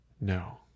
No